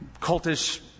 cultish